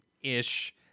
ish